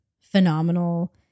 phenomenal